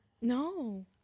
No